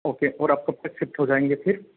okay और आप कब तक शिफ्ट हो जाएँगे फिर